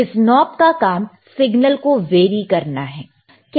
इस नॉब का काम सिग्नल को वेरी करना है